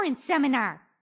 seminar